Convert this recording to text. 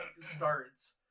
starts